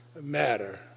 matter